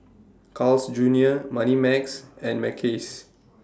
Carl's Junior Moneymax and Mackays